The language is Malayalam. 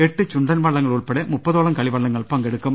എട്ട് ചുണ്ടൻ വള്ളങ്ങൾ ഉൾപ്പെടെ മുപ്പതോളം കളിവള്ളങ്ങൾ പങ്കെടുക്കും